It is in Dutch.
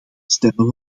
stemmen